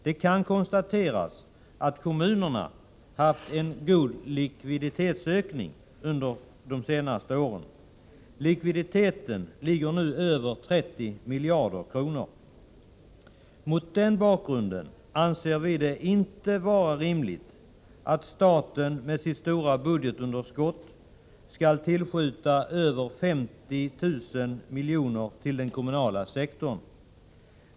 Det kan konstateras att kommunerna haft en god likviditetsökning under de senaste åren. Likviditeten ligger nu över 30 miljarder kronor. Mot den bakgrunden anser vi det inte vara rimligt att staten med sitt stora budgetunderskott skall tillskjuta över 50 miljarder kronor till den kommunala sektorn.